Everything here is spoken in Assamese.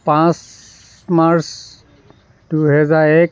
পাঁচ মাৰ্চ দুহেজাৰ এক